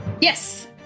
Yes